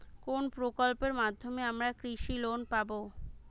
কোন প্রকল্পের মাধ্যমে আমরা কৃষি লোন পাবো?